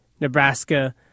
Nebraska